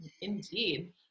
indeed